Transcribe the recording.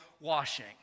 washing